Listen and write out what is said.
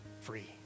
free